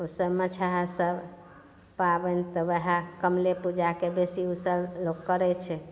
ओसभ मछहासभ पाबनि तऽ वएह कमले पूजाके बेसी ओसभ करै छै